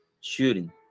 shooting